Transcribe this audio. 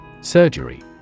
Surgery